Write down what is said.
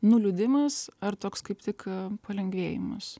nuliūdimas ar toks kaip tik palengvėjimas